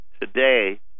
today